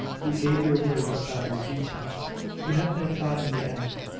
you gave your word to stop your teachings you have been caught in the act.